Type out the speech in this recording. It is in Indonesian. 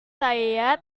saya